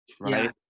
right